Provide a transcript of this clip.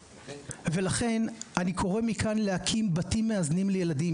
ולכן אני קורא מכאן להקים בתים מאזנים לילדים,